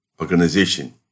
organization